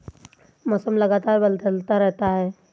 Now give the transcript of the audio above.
मौसम लगातार बदलता रहता है